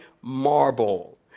marble